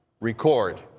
record